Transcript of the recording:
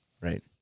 Right